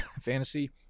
Fantasy